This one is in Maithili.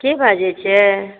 के बाजैत छियै